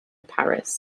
paris